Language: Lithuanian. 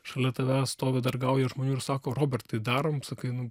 šalia tavęs stovi dar gauja žmonių ir sako robertai darom sakai nu